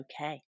okay